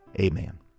amen